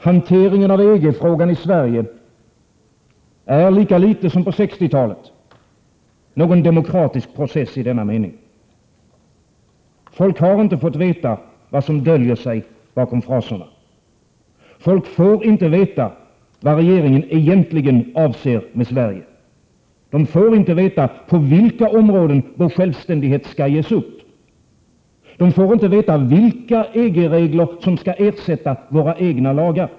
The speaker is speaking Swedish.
Hanteringen av EG-frågan i Sverige är lika litet som på 60-talet någon demokratisk process i denna mening. Människorna har inte fått veta vad som döljer sig bakom fraserna. Defår inte veta vad regeringen egentligen avser med Sverige. De får inte veta på vilka områden vår självständighet skall ges upp. De får inte veta vilka EG-regler som skall ersätta våra egna lagar.